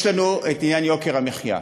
יש לנו עניין יוקר המחיה,